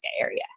area